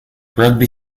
ruby